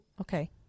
okay